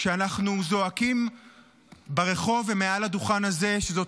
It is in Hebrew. כשאנחנו זועקים ברחוב ומעל הדוכן הזה שזאת